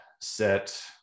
set